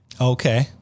Okay